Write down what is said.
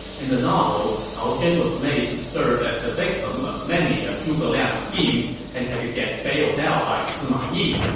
in the novel, cao zhen was made to serve as the victim of many of zhuge liang's schemes and had to get bailed out by sima yi.